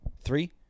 three